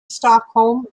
stockholm